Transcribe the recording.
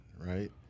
right